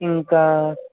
ఇంకా